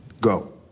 go